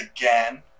again